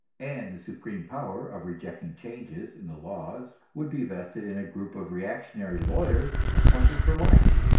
and the supreme power of rejecting changes in the laws would be vested in a group of reactionary lawyers appointed for life?